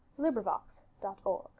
LibriVox.org